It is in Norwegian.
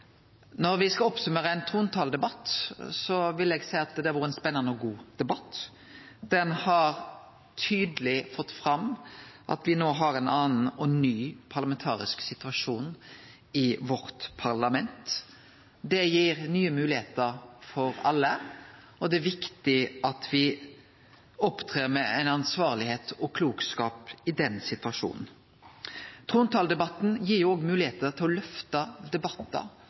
Når me skal summere opp ein trontaledebatt, vil eg seie at det har vore ein spennande og god debatt. Han har tydeleg fått fram at me no har ein annan og ny parlamentarisk situasjon i parlamentet vårt. Det gir nye moglegheiter for alle, og det er viktig at me opptrer med ansvar og klokskap i den situasjonen. Trontaledebatten gir òg moglegheiter til å løfte debattar